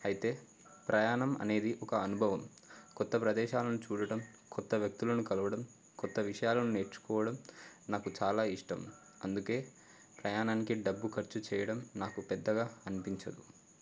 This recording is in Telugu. అయితే ప్రయాణం అనేది ఒక అనుభవం క్రొత్త ప్రదేశాలను చూడటం క్రొత్త వ్యక్తులను కలవడం క్రొత్త విషయాలను నేర్చుకోవడం నాకు చాలా ఇష్టం అందుకే ప్రయాణానికి డబ్బు ఖర్చు చేయడం నాకు పెద్దగా అనిపించదు